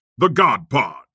thegodpod